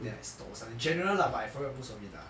then like stalls ah in general lah but I forgot most of it lah